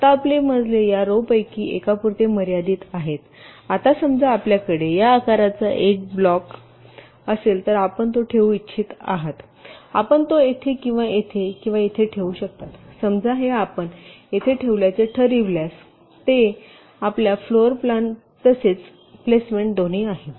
तर आता आपले मजले या रो पैकी एकापुरते मर्यादित आहेत आता समजा आपल्याकडे या आकाराचा एक ब्लॉक असेल तर आपण तो ठेवू इच्छित आहात आपण तो येथे किंवा येथे किंवा येथे ठेवू शकता समजा हे आपण येथे ठेवल्याचे ठरविल्यास हे आपल्या फ्लोर प्लॅन तसेच प्लेसमेंट दोन्ही आहे